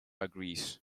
agrees